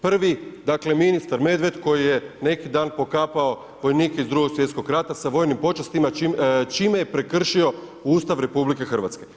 Prvi dakle ministar Medved koji neki dan pokapao vojnike iz II. svjetskog rata sa vojnim počastima čime je prekršio Ustav RH.